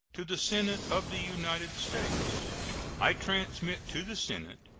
to the senate of the united states i transmit to the senate,